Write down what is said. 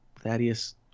Thaddeus